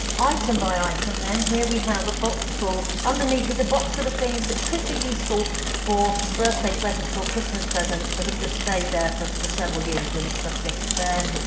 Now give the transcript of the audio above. item by item then here we have a box full underneath is a box sort of things that could be useful for birthday presents or christmas presents but have just stayed there for, sort of, several years really because i forget it's there,